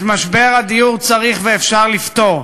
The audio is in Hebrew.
את משבר הדיור צריך ואפשר לפתור,